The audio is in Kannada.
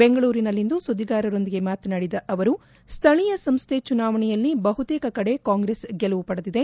ಬೆಂಗಳೂರಿನಲ್ಲಿಂದು ಸುದ್ದಿಗಾರರೊಂದಿಗೆ ಮಾತನಾಡಿದ ಅವರು ಸ್ಥಳೀಯ ಸಂಸ್ಥೆ ಚುನಾವಣೆಯಲ್ಲಿ ಬಹುತೇಕ ಕಡೆ ಕಾಂಗ್ರೆಸ್ ಗೆಲುವು ಪಡೆದಿದೆ